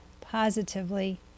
positively